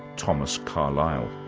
thomas carlyle.